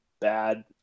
bad